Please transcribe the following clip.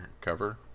cover